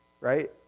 Right